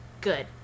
good